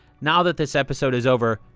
now that this episode is over,